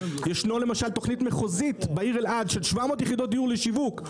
ישנה למשל תכנית מחוזית בעיר אלעד של 700 יחידות דיור לשיווק.